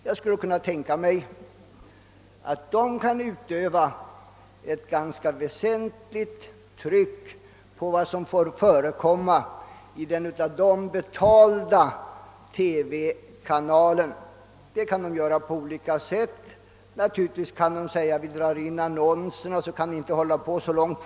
Dessa torde — tänker jag mig — kunna utöva ett ganska väsentligt tryck på vad som får förekomma i den annonsörbetalda TV kanalen. Den påtryckningen kan ske på olika sätt.